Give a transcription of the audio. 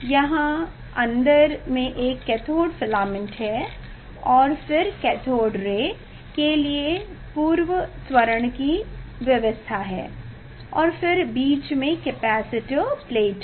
यहाँ अंदर में एक कैथोड फिलामेंट है और फिर कैथोड रे के लिए पूर्व त्वरण की व्यवस्था है और फिर बीच में कैपेसिटर प्लेट है